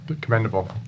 commendable